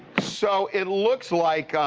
so it looks like,